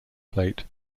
plate